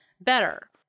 better